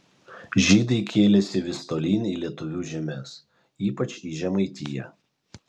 žydai kėlėsi vis tolyn į lietuvių žemes ypač į žemaitiją